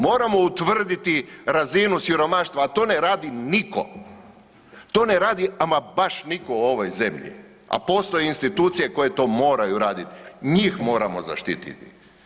Moramo utvrditi razinu siromaštva a to ne radi nitko. to ne radi ama baš nitko u ovoj zemlji a postoje institucije koje to moraju radit, njih moramo zaštititi.